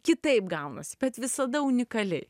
kitaip gaunasi bet visada unikaliai